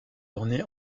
ornée